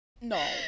No